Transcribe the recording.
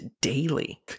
daily